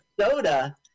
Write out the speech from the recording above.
soda